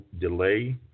delay